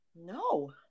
no